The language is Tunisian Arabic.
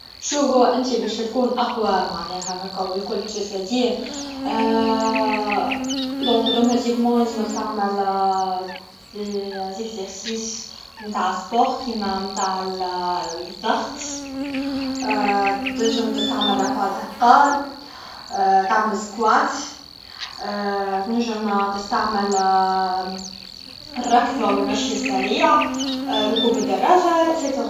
شوف هو انتي باه تكون اقوى معناها هكا و الكل جسديا دونك اوتوماتيكمون لازمك تعمل دي زيجزارسيس نتاع السبوع كما نتاع الضغط تنجم تعمل رفع الاثقال تعمل سكوات تنجم تستعمل الركض او المشي السريع ركوب الدراجه اكسيتسرا